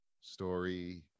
story